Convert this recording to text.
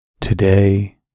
Today